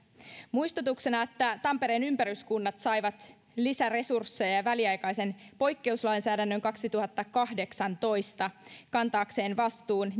muistutuksena että tampereen ympäryskunnat saivat lisäresursseja ja ja väliaikaisen poikkeuslainsäädännön kaksituhattakahdeksantoista kantaakseen vastuun